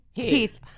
Heath